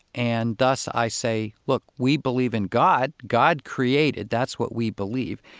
and thus i say, look, we believe in god, god created. that's what we believe.